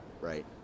right